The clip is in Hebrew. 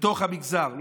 בתוך המגזר.